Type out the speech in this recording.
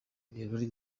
ibirori